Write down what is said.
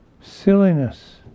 silliness